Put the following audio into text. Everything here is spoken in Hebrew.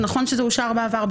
זה נכון שזה אושר בעבר,